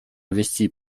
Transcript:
investi